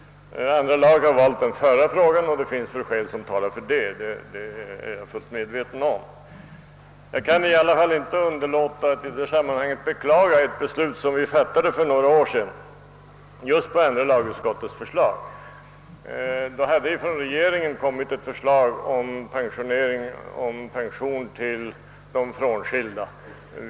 Andra lagutskottet har valt den förra vägen, och det finns skäl som talar för detta; därom är jag fullt medveten. Jag kan i alla fall inte underlåta att i detta sammanhang beklaga ett beslut som vi fattade för några år sedan just på andra lagutskottets förslag. Från regeringen hade då framlagts ett förslag om pension till de frånskilda.